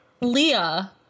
Leah